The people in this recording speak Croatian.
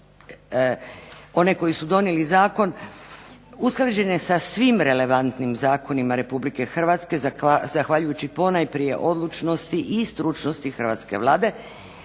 one koji su donijeli zakon usklađen je sa svim relevantnim zakonima Republike Hrvatske zahvaljujući prije svega odlučnosti i stručnosti Hrvatske vlade,